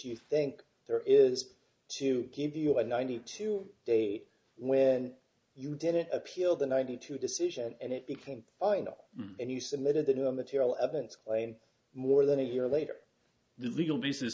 you think there is to give you a ninety two day when you didn't appeal the ninety two decision and it became final and he submitted that no material evidence lay in more than a year later the legal basis